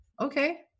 Okay